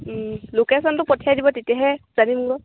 লোকেশ্যনটো পঠিয়াই দিব তেতিয়াহে